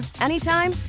anytime